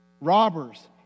Robbers